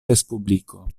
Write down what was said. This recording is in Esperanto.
respubliko